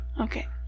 Okay